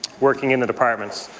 working in the department.